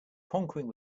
conquering